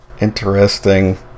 interesting